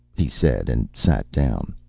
he said, and sat down.